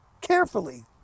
carefully